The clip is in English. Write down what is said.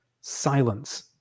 silence